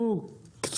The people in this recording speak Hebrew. או אופנוע,